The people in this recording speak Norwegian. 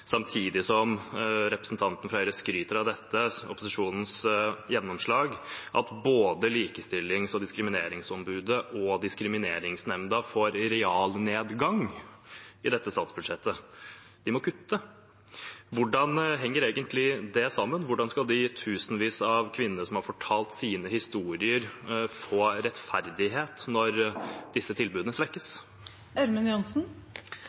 samtidig som representanten fra Høyre skryter av dette – opposisjonens gjennomslag – får både Likestillings- og diskrimineringsombudet og Diskrimineringsnemnda en realnedgang i dette statsbudsjettet. De må kutte. Hvordan henger egentlig det sammen? Hvordan skal de tusenvis av kvinnene som har fortalt sine historier, få rettferdighet når disse tilbudene